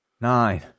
nine